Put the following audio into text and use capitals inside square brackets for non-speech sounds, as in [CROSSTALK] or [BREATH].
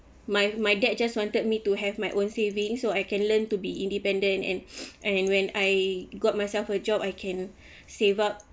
my my dad just wanted me to have my own savings so I can learn to be independent and [BREATH] and when I got myself a job I can save up